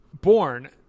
born